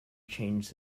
changed